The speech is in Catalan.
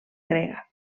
grega